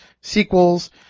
sequels